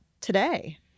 today